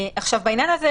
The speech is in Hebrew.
בעניין הזה,